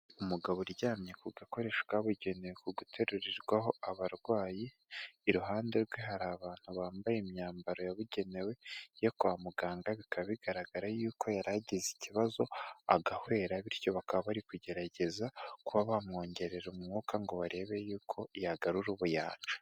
Umugabo uryamye ku gakoresho kabugenewe ku guterurirwaho abarwayi, iruhande rwe hari abantu bambaye imyambaro yabugenewe yo kwa muganga, bikaba bigaragara yuko yari agize ikibazo agahwera, bityo bakaba bari kugerageza kuba bamwongerera umwuka ngo barebe yuko yagarura ubuyanja.